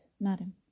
Madam